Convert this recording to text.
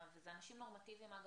אגב, מדובר באנשים נורמטיביים לחלוטין,